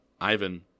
Ivan